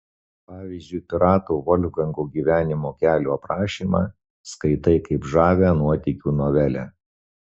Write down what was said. pavyzdžiui pirato volfgango gyvenimo kelio aprašymą skaitai kaip žavią nuotykių novelę